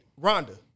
Rhonda